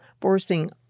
forcing